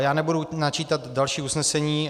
Já nebudu načítat další usnesení.